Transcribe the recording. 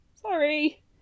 sorry